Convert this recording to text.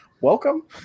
Welcome